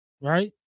right